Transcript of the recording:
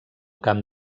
camp